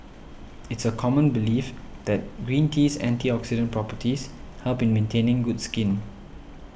it's a common belief that green tea's antioxidant properties help in maintaining good skin